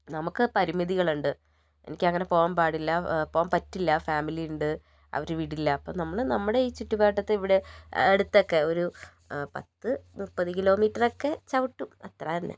നമുക്ക് പരിമിതികളുണ്ട് എനിക്കങ്ങനെ പോകാൻ പാടില്ല പോകാൻ പറ്റില്ല ഫേമിലിയുണ്ട് അവർ വിടില്ല അപ്പം നമ്മൾ നമ്മുടെ ഈ ചുറ്റുവട്ടത്ത് ഇവിടെ അടുത്തൊക്കെ ഒരു പത്ത് മുപ്പത് കിലോമീറ്ററൊക്കെ ചവിട്ടും അത്ര തന്നെ